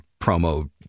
promo